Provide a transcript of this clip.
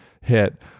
hit